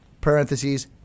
parentheses